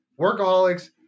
workaholics